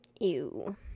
Ew